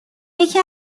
یکی